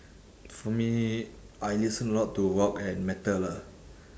for me I listen a lot to rock and metal ah